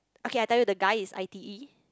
okay I tell you the guy I_T_E